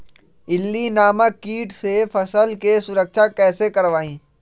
इल्ली नामक किट से फसल के सुरक्षा कैसे करवाईं?